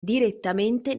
direttamente